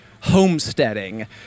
homesteading